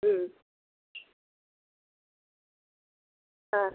হুম